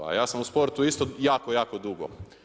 A ja sam u sportu isto jako jako dugo.